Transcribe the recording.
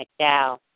McDowell